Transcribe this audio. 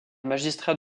magistrats